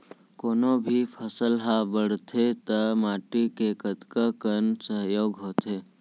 कोनो भी फसल हा बड़थे ता माटी के कतका कन सहयोग होथे?